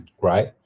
right